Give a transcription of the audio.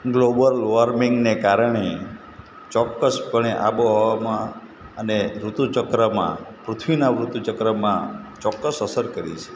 global વોર્મિંગને કારણે ચોક્કસપણે આબોહવામાં અને ઋતુચક્રમાં પૃથ્વીના ઋતુચક્રમાં ચોક્કસ અસર કરી છે